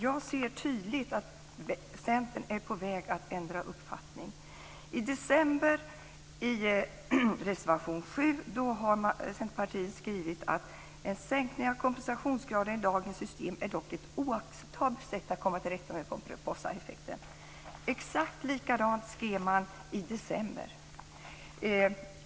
Jag ser tydligt att Centern är på väg att ändra uppfattning. I reservation 7 skriver Centerpartiet: "En sänkning av kompensationsgraden i dagens system är dock ett oacceptabelt sätt att komma till rätta med pomperipossaeffekten." Exakt likadant skrev man i december.